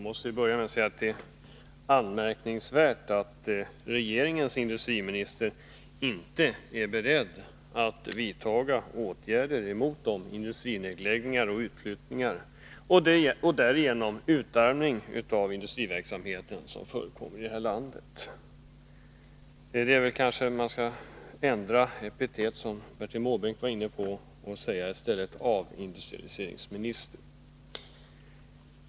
Herr talman! Det är anmärkningsvärt att industriministern inte är beredd att vidta åtgärder mot de industrinedläggningar och utflyttningar och därigenom den utarmning av industriverksamheten som förekommer här i landet. Man skall kanske, som Bertil Måbrink var inne på, tala om avindustrialiseringsministern.